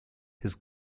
his